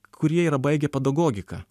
kurie yra baigę pedagogiką